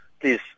Please